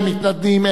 אין מתנגדים,